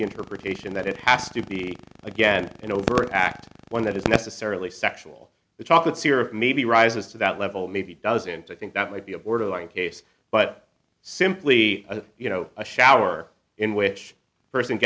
interpretation that it has to be again an overt act one that is necessarily sexual chocolate syrup maybe rises to that level maybe doesn't i think that might be a borderline case but simply you know a shower in which a person